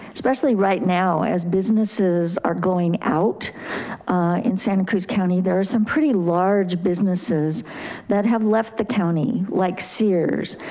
especially right now, as businesses are going out in santa cruz county, there are some pretty large businesses that have left the county like sears,